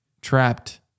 trapped